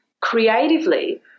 creatively